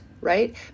right